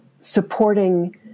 supporting